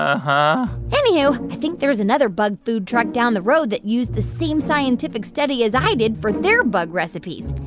uh-huh anywho, i think there's another bug food truck down the road that used the same scientific study as i did for their bug recipes.